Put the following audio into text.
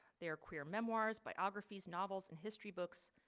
their queer memoirs, biographies, novels, and history books.